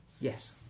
yes